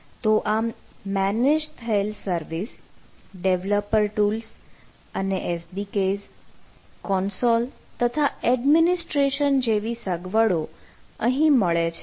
તો આમ મેનેજ થયેલ સર્વિસ ડેવલપર ટૂલ્સ અને SDKs કોન્સોલ તથા એડમિનિસ્ટ્રેશન જેવી સગવડો અહીં મળે છે